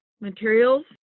materials